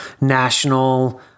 national